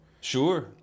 Sure